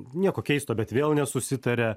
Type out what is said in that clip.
nieko keisto bet vėl nesusitaria